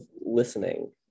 listening